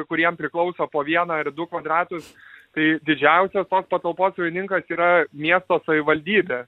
kur jiem priklauso po vieną ir du kvadratus tai didžiausias tos patalpos savininkas yra miesto savivaldybė